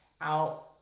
out